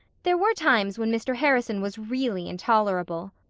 there were times when mr. harrison was really intolerable.